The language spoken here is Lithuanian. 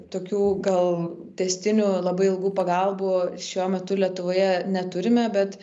tokių gal tęstinių labai ilgų pagalbų šiuo metu lietuvoje neturime bet